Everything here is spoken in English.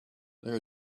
there